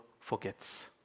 forgets